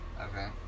Okay